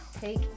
take